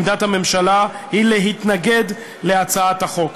עמדת הממשלה היא להתנגד להצעת החוק.